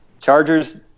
Chargers